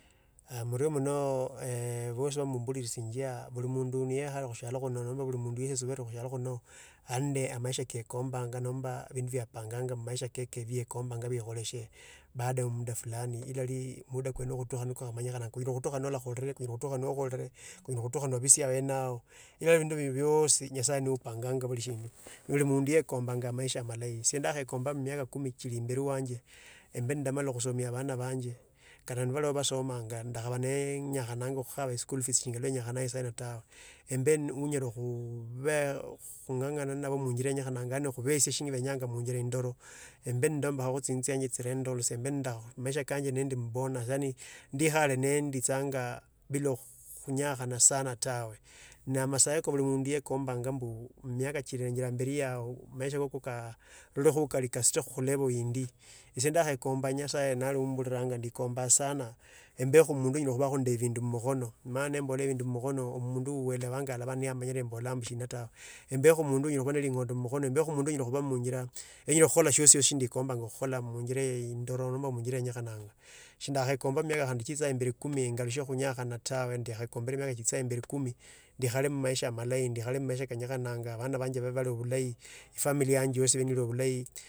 Aaah murio muno eeh boso nieburishionya. Buli mundu niekhare musibala shino alinande amaisha ke aekombanga nomba ebindu bie apanyanga mumaisha keke kaekombanya baada ya muda fulani. Ila lii muda kweno khotokha anu nyala khutukha nukhurera khutukha nakhurera khutukha nakhulorire kho khutukha nobiosa we nawe ila ebindu ibyo biogi, nyasaye niya opanganga phalisheneu. Esie ndeapanganga emiaka kumi chili ambali wanje embe namare khusoma abana banjie. Kata nibasomanga ndakhaba khunyakhana khukhaba school fees singana ndakhananga ta. Embe nyere khu nenjira enyalala khung’ang’ana nabo endah ndikhari nenditsanga bila khunyakhanga tawe na amasayo yobuli mundu osayanga mbu kasutekho khuleval indi. Esa deekombanga nyasaye naluomburiranya embakho omundu ole ne bindu mumakhono mbe onyala khukhala shiosi shiendi khombanga khukhola munjira indoro. Sinda khaekombakho khandi emiaka khandi chiichangi kumi ngalukha khunyakhana tawe. Ekuombanga amaisha kanja kabe amalahi. Abana nenda efamilia yanje ebe neli obulahi.